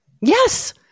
Yes